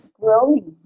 growing